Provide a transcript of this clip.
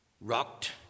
rocked